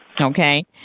Okay